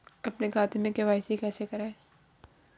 अपने खाते में के.वाई.सी कैसे कराएँ?